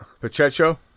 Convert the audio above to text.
Pacheco